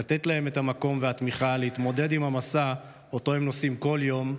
לתת להן את המקום והתמיכה להתמודד עם המשא שאותו הן נושאות כל יום,